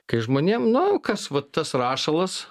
kai žmonėm nu kas vat tas rašalas